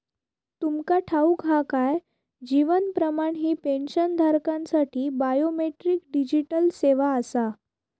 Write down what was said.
तुमका ठाऊक हा काय? जीवन प्रमाण ही पेन्शनधारकांसाठी बायोमेट्रिक डिजिटल सेवा आसा